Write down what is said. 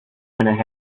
went